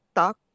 talk